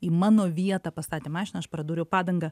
į mano vietą pastatė mašiną aš pradūriau padangą